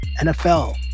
NFL